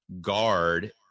Guard